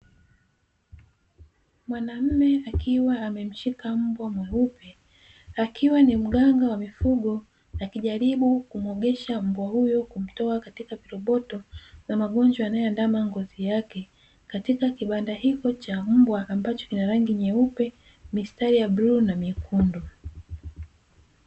Mwanamume akiwa amemshika mbwa mweupe, akiwa ni mganga wa mifugo, akijaribu kumuogesha mbwa huyo kumtoa katika viroboto na magonjwa yanayoandama ngozi yake, katika kibanda hicho cha mbwa ambacho kina rangi nyeupe, mistari ya bluu na nyekundu.